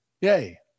Yay